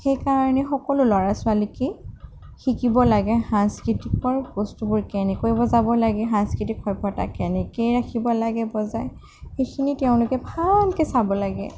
সেইকাৰণে সকলো ল'ৰা ছোৱালীকে শিকিব লাগে সাংস্কৃতিকৰ বস্তুবোৰ কেনেকৈ বজাব লাগে সাংস্কৃতিক সভ্যতা কেনেকৈ ৰাখিব লাগে বজাই সেইখিনি তেওঁলোকে ভালকৈ চাব লাগে